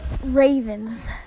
Ravens